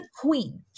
queen